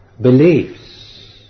beliefs